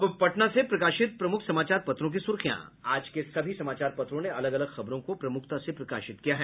अब पटना से प्रकाशित प्रमुख समाचार पत्रों की सुर्खियां आज के सभी समाचार पत्रों ने अलग अलग खबरों को प्रमुखता से प्रकाशित किया है